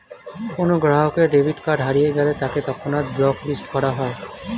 কোনো গ্রাহকের debit card হারিয়ে গেলে তাকে তৎক্ষণাৎ ব্লক লিস্ট করা হয়